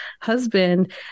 husband